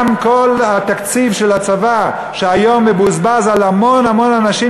גם כל התקציב של הצבא שהיום מבוזבז על המון המון אנשים